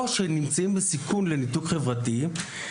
או שנמצאים בסיכון לניתוק חברתי.